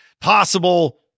possible